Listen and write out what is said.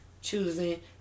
choosing